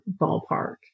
ballpark